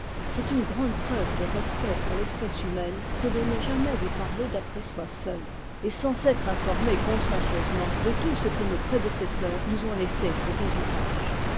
c'est une grande preuve de respect pour l'espèce humaine que de ne jamais lui parler d'après soi seul et sans s'être informé consciencieusement de tout ce que nos prédécesseurs nous ont laissé pour héritage